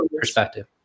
perspective